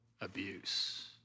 abuse